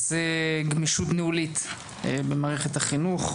בנושא: גמישות ניהולית במערכת החינוך,